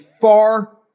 far